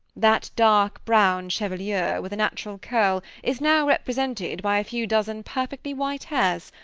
that dark-brown chevelure, with a natural curl, is now represented by a few dozen perfectly white hairs,